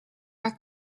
are